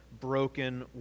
broken